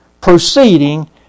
Proceeding